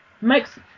makes